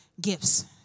gifts